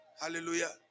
Hallelujah